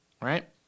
right